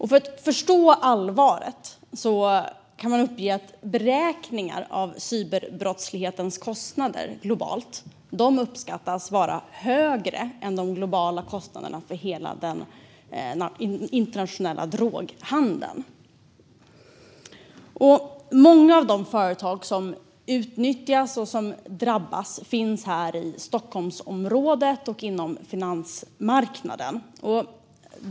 För att förstå allvaret visar beräkningar att cyberbrottslighetens kostnader globalt uppskattas vara högre än de globala kostnaderna för hela den internationella droghandeln. Många av de företag som utnyttjas och drabbas finns här i Stockholmsområdet och inom finansmarknaden.